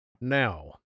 now